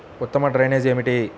ఉత్తమ డ్రైనేజ్ ఏమిటి?